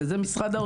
זה משרד האוצר.